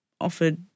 offered